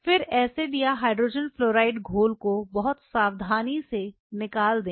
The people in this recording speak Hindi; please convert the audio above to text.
फिर एसिड या हाइड्रोजन फ्लोराइड घोल को बहुत सावधानी से निकल दें